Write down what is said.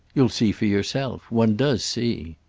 you'll see for yourself. one does see.